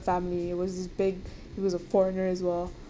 family he was this big he was a foreigner as well